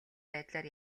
байдлаар